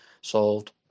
Solved